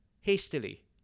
hastily